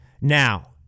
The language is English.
Now